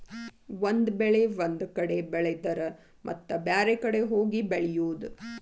ಒಂದ ಬೆಳೆ ಒಂದ ಕಡೆ ಬೆಳೆದರ ಮತ್ತ ಬ್ಯಾರೆ ಕಡೆ ಹೋಗಿ ಬೆಳಿಯುದ